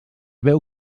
veu